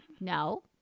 No